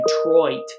Detroit